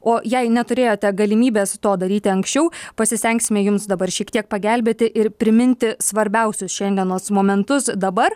o jei neturėjote galimybės to daryti anksčiau pasistengsime jums dabar šiek tiek pagelbėti ir priminti svarbiausius šiandienos momentus dabar